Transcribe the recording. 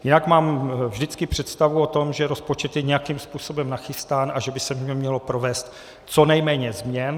Jinak mám vždycky představu o tom, že rozpočet je nějakým způsobem nachystán a že by se v něm mělo provést co nejméně změn.